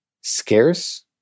Scarce